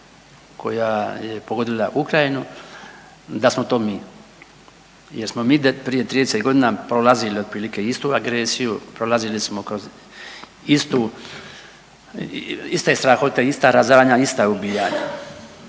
koja je pogodila Ukrajinu da smo to mi jer smo mi prije 30 godina prolazili otprilike istu agresiju, prolazili smo kroz istu, iste strahote, ista razaranja, ista ubijanja.